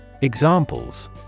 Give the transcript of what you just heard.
Examples